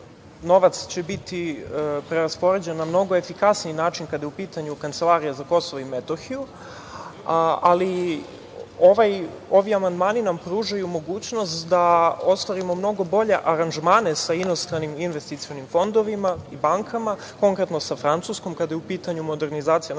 novac će biti preraspoređen na mnogo efikasniji način kada je u pitanju Kancelarija za Kosovo i Metohiju, ali ovi amandmani nam pružaju mogućnost da ostvarimo mnogo bolje aranžmane sa inostranim investicionim fondovima i bankama, konkretno sa Francuskom kada je u pitanju modernizacija naše